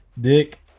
Dick